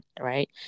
right